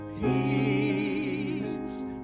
peace